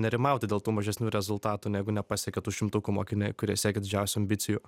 nerimauti dėl tų mažesnių rezultatų jeigu nepasiekė tų šimtukų mokiniai kurie siekė didžiausių ambicijų